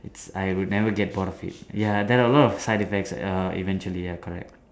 it's I would never get bored of it ya there a lot of side effects err eventually ya correct